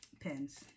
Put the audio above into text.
pens